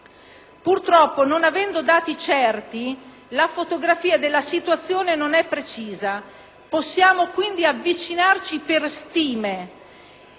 Purtroppo, non avendo dati certi, la fotografia della situazione non è precisa. Possiamo quindi avvicinarci per stime,